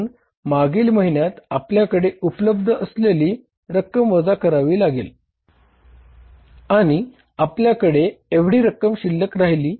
म्हणून मागील महिन्यात आपल्याकडे उपलब्ध असलेली रक्कम वजा करावी लागेल आणि आपल्या कडे एवढी रक्कम शिल्लक राहिली